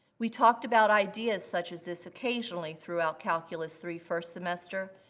we talked about ideas such as this occasionally throughout calculus three first semester,